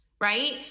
right